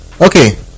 okay